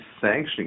sanctioning